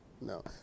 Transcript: no